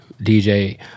dj